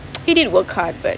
he did work hard but